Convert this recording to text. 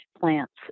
plants